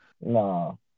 No